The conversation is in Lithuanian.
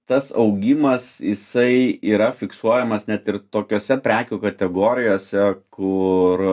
tas augimas jisai yra fiksuojamas net ir tokiose prekių kategorijose kur